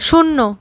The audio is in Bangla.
শূন্য